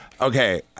Okay